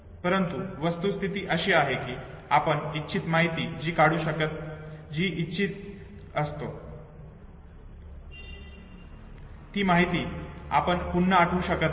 परंतु वस्तुस्थिती अशी आहे की आपण इच्छित माहिती जी काढू इच्छित असतो ती माहिती आपण पुन्हा आठवू शकत नाही